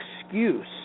excuse